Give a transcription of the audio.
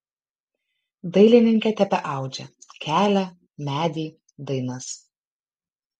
dailininkė tebeaudžia kelią medį dainas